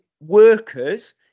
workers